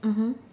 mmhmm